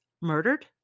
murdered